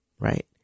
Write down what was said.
right